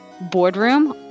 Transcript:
boardroom